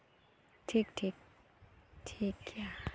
ᱴᱷᱤᱠ ᱴᱷᱤᱠ ᱴᱷᱤᱠ ᱜᱮᱭᱟ